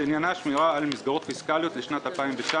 שעניינה שמירה על מסגרות פיסקליות לשנת 2019,